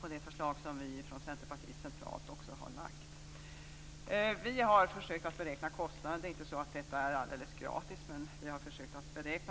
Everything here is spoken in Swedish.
på det förslag som vi i Centerpartiet centralt har lagt fram. Vi har försökt att beräkna kostnaden. Detta är ju inte alldeles gratis.